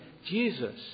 Jesus